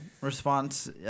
response